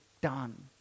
done